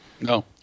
No